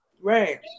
Right